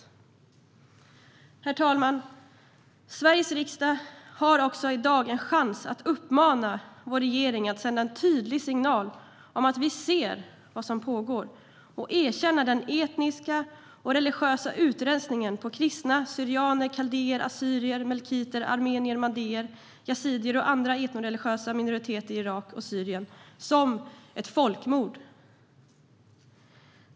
Herr talman! Sveriges riksdag har i dag en chans att uppmana vår regering att sända en tydlig signal om att vi ser vad som pågår genom att erkänna den etniska och religiösa utrensningen på kristna, syrianer, kaldéer, assyrier, melkiter, armenier, mandéer, yazidier och andra etnoreligiösa minoriteter i Irak och Syrien som ett folkmord.